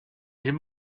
him